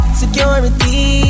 security